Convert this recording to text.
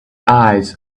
eyes